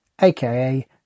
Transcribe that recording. aka